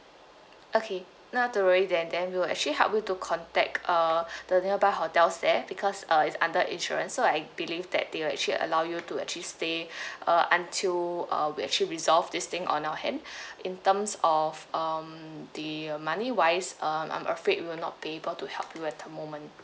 okay not to worry then then we will actually help you to contact uh the nearby hotels there bebecause uh it's under insurance so I believe that they'll actually allow you to actually stay uh until uh we actually resolve this thing on our hand in terms of um the money wise um I'm afraid we'll not be able to help you at the moment